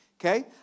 Okay